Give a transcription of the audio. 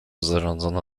zarządzono